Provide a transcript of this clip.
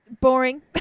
boring